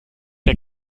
der